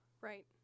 right